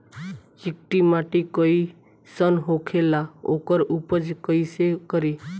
चिकटि माटी कई सन होखे ला वोकर उपचार कई से करी?